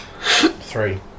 Three